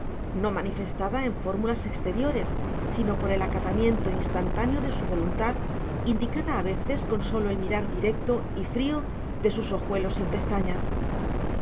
no manifestada por fórmulas exteriores sino por el acatamiento instantáneo de su voluntad indicada a veces con sólo el mirar directo y frío de sus ojuelos sin pestañas